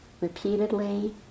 repeatedly